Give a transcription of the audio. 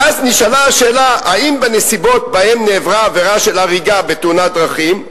ואז נשאלה השאלה: האם בנסיבות שבהן נעברה עבירה של הריגה בתאונת דרכים,